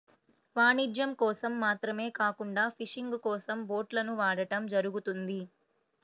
వాణిజ్యం కోసం మాత్రమే కాకుండా ఫిషింగ్ కోసం బోట్లను వాడటం జరుగుతుంది